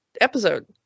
episode